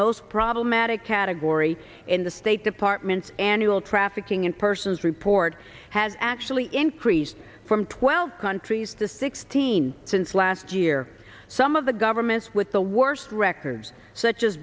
most problematic category in the state department's annual trafficking in persons report has actually increased from twelve countries to sixteen since last year some of the governments with the worst records such as